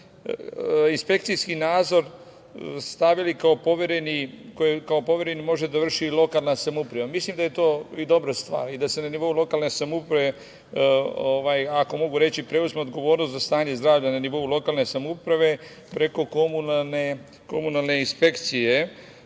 inspekcijski nadzor stavili da kao povereni može da vrši i lokalna samouprava. Mislim da je to dobra stvar i da se na nivou lokalne samouprave, ako mogu reći preuzme odgovornost o stanju zdravlja na nivou lokalne samouprave preko Komunalne inspekcije. Takođe,